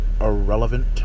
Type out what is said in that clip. irrelevant